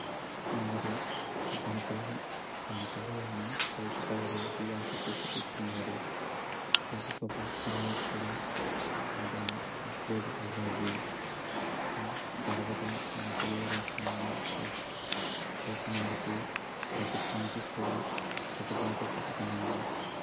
అందరూ తన పిల్ల తన పిల్లలని చేర్చుకోవడానికి ఆసక్తి చూపిస్తున్నారు ప్రభుత్వ పాఠశాలలు క్కూడా అంటే అప్గ్రేడ్ అయ్యాయి ఇలా జరగటం మన తెలుగు రాష్టాలను చేస్ చేసినందుకు ప్రభుత్వంకి కూడా కృతజ్ఞత చెపుతున్నాను